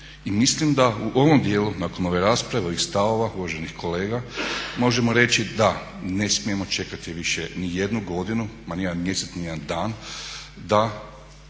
I mislim da u ovom djelu nakon ove rasprave ovih stavova uvaženih kolega možemo reći da ne smijemo čekati više ni jednu godinu, ma ni jedan mjesec, ni jedan dan da